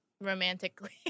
romantically